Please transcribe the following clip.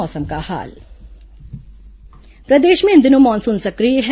मौसम प्रदेश में इन दिनों मानसून सक्रिय है